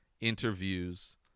interviews